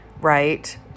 right